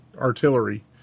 artillery